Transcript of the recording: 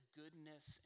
goodness